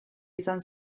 izan